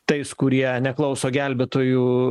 tais kurie neklauso gelbėtojų